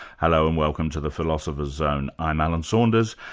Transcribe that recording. hello and welcome to the philosopher's zone, i'm alan saunders,